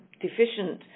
deficient